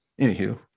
anywho